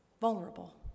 vulnerable